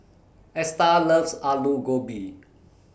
Esta loves Aloo Gobi